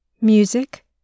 Music